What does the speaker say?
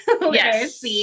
Yes